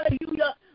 Hallelujah